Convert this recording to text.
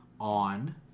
on